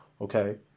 okay